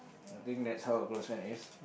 I think that's how a close friend is